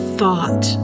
thought